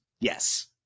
Yes